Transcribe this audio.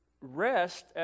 rest